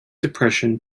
depression